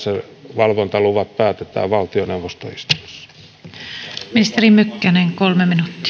valvontaluvat päätetään valtioneuvoston istunnossa ministeri mykkänen kolme